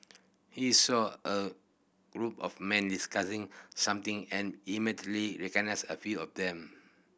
he saw a group of men discussing something and immediately recognised a few of them